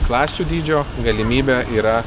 klasių dydžio galimybė yra